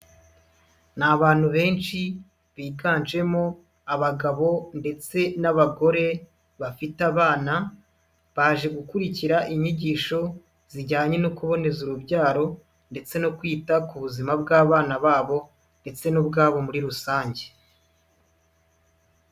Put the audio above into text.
Ni abantu benshi biganjemo abagabo ndetse n'abagore bafite abana, baje gukurikira inyigisho zijyanye no kuboneza urubyaro ndetse no kwita ku buzima bw'abana babo ndetse n'ubwabo muri rusange.